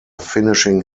finishing